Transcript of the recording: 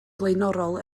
flaenorol